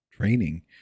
Training